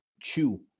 chew